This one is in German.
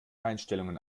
einstellungen